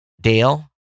Dale